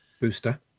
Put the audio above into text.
booster